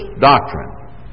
doctrine